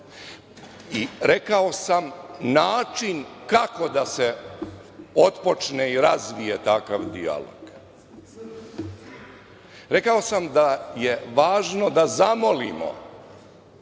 i rekao sam način kako da se otpočne i razvije takav dijalog. Rekao sam da je važno da zamolimo